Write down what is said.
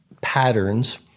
patterns